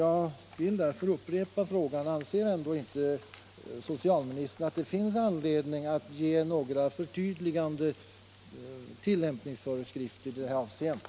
Jag vill därför upprepa frågan: Anser ändå inte socialministern att det finns anledning att utfärda några förtydligande tillämpningsföreskrifter i det här hänseendet?